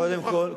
כל כך פשוט.